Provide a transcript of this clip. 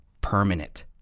permanent